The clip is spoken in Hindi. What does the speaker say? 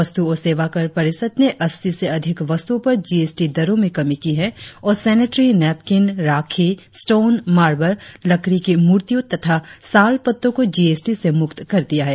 वस्तु और सेवाकर परिषद ने अस्सी से अधिक वस्तुओं पर जीएसटी दरों में कमी की है और sanitary napkin rakhi stone marble लकड़ी की मुर्तियों तथा साल पत्तों को जीएसटी से मुक्त कर दिया है